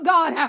God